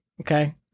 okay